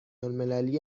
الملی